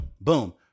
boom